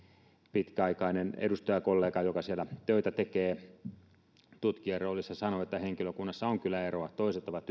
pitkäaikainen edustajakollega joka siellä töitä tekee tutkijan roolissa sanoi että henkilökunnassa on kyllä eroa toiset ovat